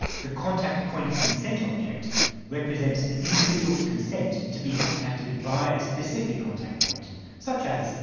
the contact point consent object represents an individual's consent to be contacted via a specific contact point such as,